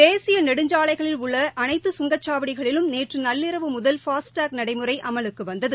தேசிய நெடுஞ்சாலைகளில் உள்ள அனைத்து சுங்கச்சாவடிகளிலும் நேற்று நள்ளிரவு முதல் ஃபாஸ் டாக் நடைமுறை அமலுக்கு வந்தது